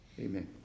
Amen